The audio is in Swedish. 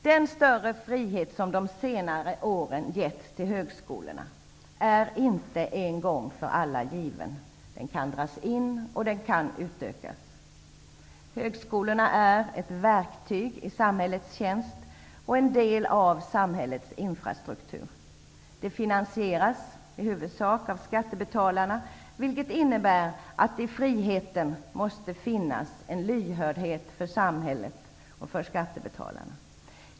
Den större frihet som de senare åren getts till högskolorna är inte en gång för alla given. Den kan dras in och den kan utökas. Högskolorna är ett verktyg i samhällets tjänst och en del av samhällets infrastruktur. De finansieras i huvudsak av skattebetalarna, vilket innebär att i friheten måste finnas en lyhördhet för samhället och för skattebetalarna.